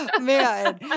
Man